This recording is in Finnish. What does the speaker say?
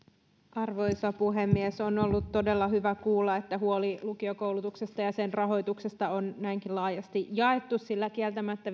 arvoisa puhemies on ollut todella hyvä kuulla että huoli lukiokoulutuksesta ja sen rahoituksesta on näinkin laajasti jaettu sillä kieltämättä